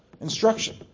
instruction